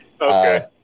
Okay